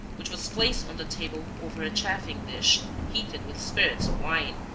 which was placed on the table over a chafing dish, heated with spirits of wine.